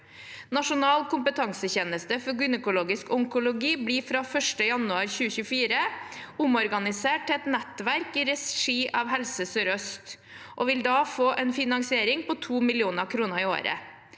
Nasjonal kompetansetjeneste for gynekologisk onkologi blir fra 1. januar 2024 omorganisert til et nettverk i regi av Helse Sør-Øst og vil da få en finansiering på 2 mill. kr i året.